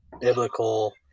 biblical